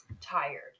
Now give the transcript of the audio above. tired